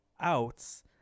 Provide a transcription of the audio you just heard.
outs